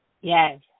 Yes